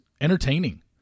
entertaining